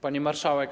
Pani Marszałek!